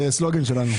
זה יהיה הסלוגן שלנו.